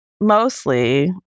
mostly